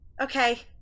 okay